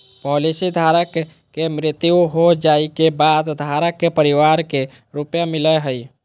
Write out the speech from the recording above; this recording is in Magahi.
पॉलिसी धारक के मृत्यु हो जाइ के बाद धारक के परिवार के रुपया मिलेय हइ